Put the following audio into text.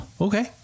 okay